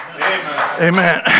Amen